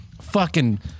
Fucking-